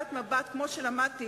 חברת הכנסת אדטו, השעון כבר מתקתק.